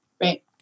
right